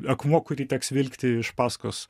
akmuo kurį teks vilkti iš paskos